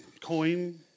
coin